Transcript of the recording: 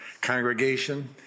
congregation